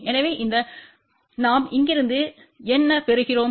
எனவே இந்த நாம் இங்கிருந்து இங்கிருந்து என்ன பெறுகிறோம்